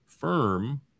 Firm